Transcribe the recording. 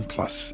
Plus